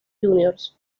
juniors